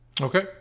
Okay